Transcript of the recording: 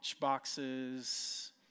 boxes